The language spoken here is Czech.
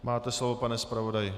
Máte slovo, pane zpravodaji.